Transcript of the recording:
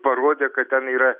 parodė kad ten yra